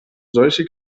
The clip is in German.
solche